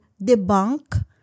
debunk